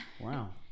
Wow